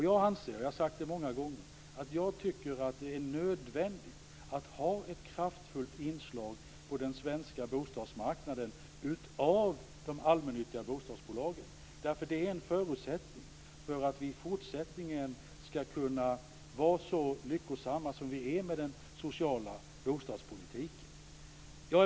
Jag anser - jag har sagt det många gånger - att det är nödvändigt att ha ett kraftfullt inslag av allmännyttiga bostadsbolag på den svenska bostadsmarknaden. Det är en förutsättning för att vi i fortsättningen skall kunna vara så lyckosamma som vi är i dag med den sociala bostadspolitiken.